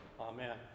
Amen